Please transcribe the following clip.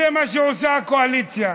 זה מה שעושה הקואליציה.